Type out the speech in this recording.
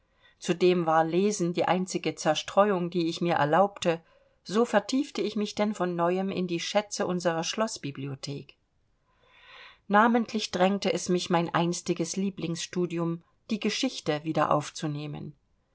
zudem war lesen die einzige zerstreuung die ich mir erlaubte so vertiefte ich mich denn von neuem in die schätze unserer schloßbibliothek namentlich drängte es mich mein einstiges lieblingsstudium die geschichte wieder